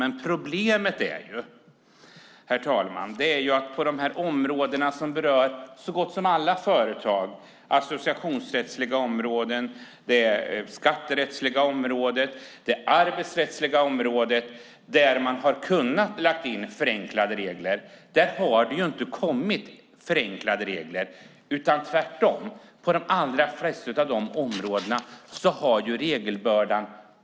Men problemet är att på områden som berör så gott som alla företag - associationsrättsliga områden, det skatterättsliga området, och det arbetsrättsliga området, där man hade kunnat lägga in förenklade regler - har det inte kommit förenklade regler. Tvärtom har regelbördan ökat på de allra flesta av dessa områden.